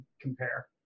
compare